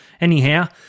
Anyhow